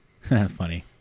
funny